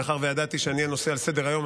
מאחר שידעתי שאני, הנושא על סדר-היום,